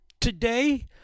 Today